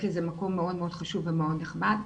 לזה מקום מאוד מאוד חשוב ומאוד נכבד.